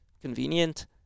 convenient